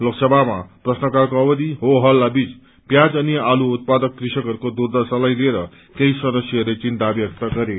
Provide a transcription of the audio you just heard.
लोकसभामा प्रश्नकालको अवधि हो हल्लाबीच प्याज अनि आलु उत्पादक कृषकहरूको दुर्दशालाई लिएर केही सदस्यहरूले चिन्ता व्यक्त गरे